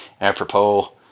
apropos